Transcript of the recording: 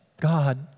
God